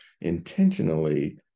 intentionally